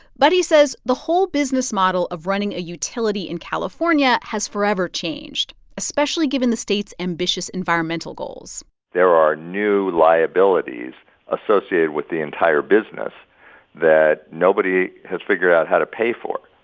but he says the whole business model of running a utility in california has forever changed, especially given the state's ambitious environmental goals there are new liabilities associated with the entire business that nobody has figured out how to pay for.